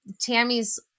Tammy's